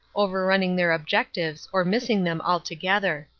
overrunning their objectives or missing them altogether.